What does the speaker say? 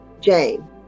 Jane